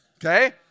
okay